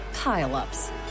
Pile-ups